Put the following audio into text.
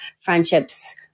friendships